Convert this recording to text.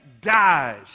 dies